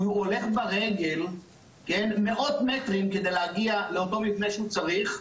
הוא הולך ברגל מאות מטרים כדי להגיע למבנה שהוא צריך,